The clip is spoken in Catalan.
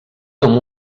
com